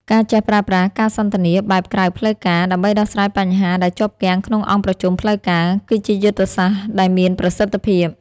ការចេះប្រើប្រាស់ "ការសន្ទនាបែបក្រៅផ្លូវការ" ដើម្បីដោះស្រាយបញ្ហាដែលជាប់គាំងក្នុងអង្គប្រជុំផ្លូវការ គឺជាយុទ្ធសាស្ត្រ ដែលមានប្រសិទ្ធភាព។